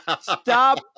stop